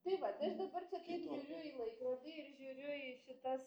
tai vat tai aš dabar čia taip žiūriu į laikrodį ir žiūriu į šitas